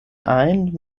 ajn